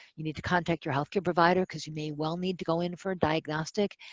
you need to contact your healthcare provider because you may well need to go in for a diagnostic.